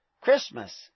Christmas